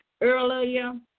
earlier